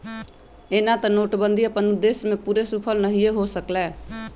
एना तऽ नोटबन्दि अप्पन उद्देश्य में पूरे सूफल नहीए हो सकलै